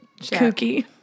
kooky